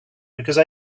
because